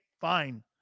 fine